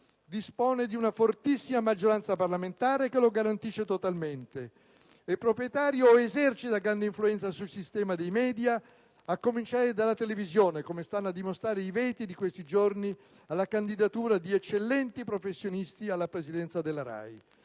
dispone di un fortissima maggioranza parlamentare che lo garantisce totalmente. È proprietario o esercita grande influenza sul sistema dei *media*, a cominciare dalla televisione, come stanno a dimostrare i veti di questi giorni alla candidatura di eccellenti professionisti alla presidenza della RAI.